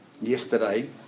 yesterday